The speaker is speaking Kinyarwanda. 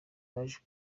baje